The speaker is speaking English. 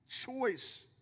choice